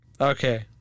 Okay